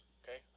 okay